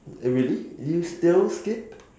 really do you still skip